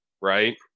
right